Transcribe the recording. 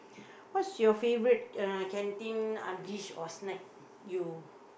what's your favorite uh canteen dish or snack you